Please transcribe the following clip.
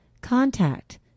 contact